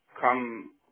come